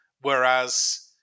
Whereas